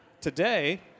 today